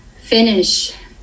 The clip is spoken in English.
finish